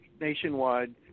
nationwide